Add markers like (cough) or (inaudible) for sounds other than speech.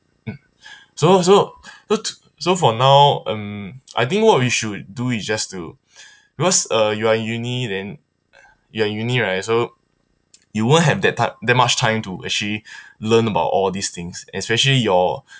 mm (breath) so so (breath) so to so for now I think what we should do is just to (breath) because uh you are in uni then you are in uni right so you won't have that ti~ that much time to actually (breath) learn about all these things especially your